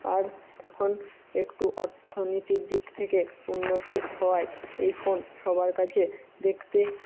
আর এখন একটু অর্থনীতির দিক থেকে উন্নতি হওয়ায় এই ফোন সবার কাছে দেখতে